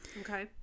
Okay